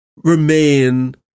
remain